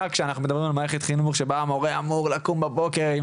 כשאנחנו מדברים על מורה שצריך לקום בבוקר,